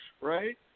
right